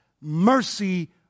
Mercy